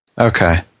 Okay